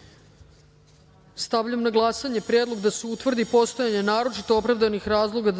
načelu. Stavljam na glasanje predlog da se utvrdi postojanje naročito opravdanih razloga